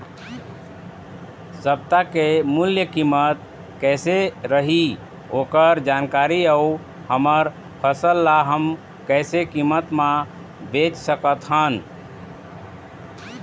सप्ता के मूल्य कीमत कैसे रही ओकर जानकारी अऊ हमर फसल ला हम कैसे कीमत मा बेच सकत हन?